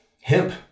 Hemp